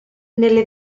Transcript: nelle